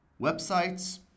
Websites